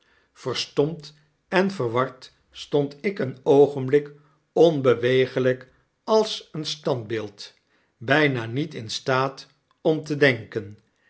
verstomd en verward stond ik een oogenblik onbeweeglgk als een standbeeld bijna niet in staat om te denken